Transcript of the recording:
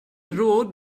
råd